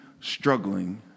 struggling